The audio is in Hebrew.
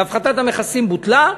והפחתת המכסים בוטלה.